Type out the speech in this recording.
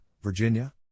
Virginia